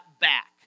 back